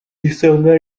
isomwa